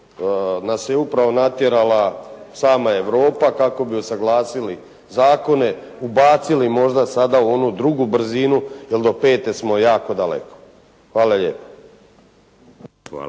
nas je upravo natjerala sama Europa kako bi usaglasili zakone, ubacili možda sada u onu drugu brzinu, jer do pete smo jako daleko. Hvala lijepa.